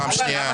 פעם שנייה?